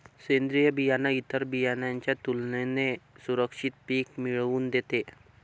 सेंद्रीय बियाणं इतर बियाणांच्या तुलनेने सुरक्षित पिक मिळवून देते